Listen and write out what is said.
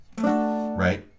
Right